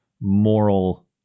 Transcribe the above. moral